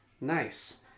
Nice